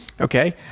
Okay